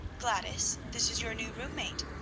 gladys, this is your new room-mate,